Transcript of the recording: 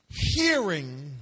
hearing